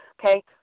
Okay